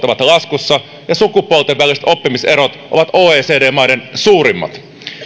ovat laskussa ja sukupuolten väliset oppimiserot ovat oecd maiden suurimmat